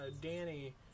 Danny